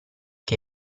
che